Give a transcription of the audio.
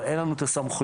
אבל אין לנו את הסמכויות,